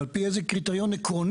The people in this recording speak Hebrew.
ועל פי איזה קריטריון עקרוני.